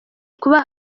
kuba